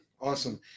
awesome